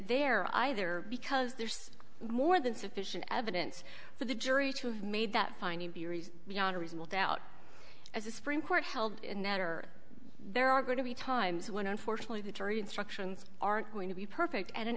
there either because there's more than sufficient evidence for the jury to have made that finding the reason beyond a reasonable doubt as the supreme court held netter there are going to be times when unfortunately the jury instructions aren't going to be perfect and an